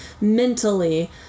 mentally